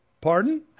pardon